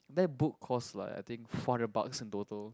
that book cost like I think four hundred bucks in total